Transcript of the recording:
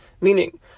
meaning